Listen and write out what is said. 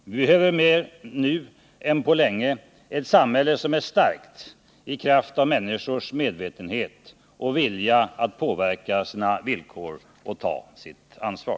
Vi behöver nu mer än på länge ett samhälle som är starkt i kraft av människors medvetenhet, vilja att påverka sina villkor och ta sitt ansvar.